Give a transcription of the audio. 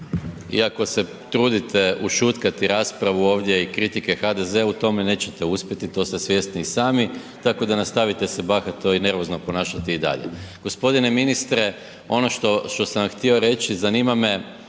Iako se trudite ušutkati raspravu ovdje i kritike HDZ-u u tome nećete uspjeti, to ste svjesni i sami, tako da nastavite se bahato i nervozno ponašati i dalje. g. Ministre, ono što, što sam vam htio reći, zanima me